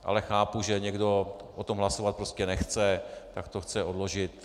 Ale chápu, že někdo o tom hlasovat prostě nechce, tak to chce odložit.